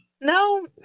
No